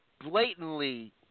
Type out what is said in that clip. blatantly